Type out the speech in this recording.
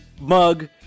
mug